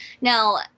Now